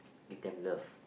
give them love